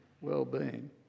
well-being